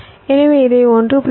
எனவே இதை 1